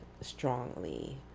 strongly